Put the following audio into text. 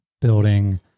building